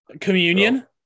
communion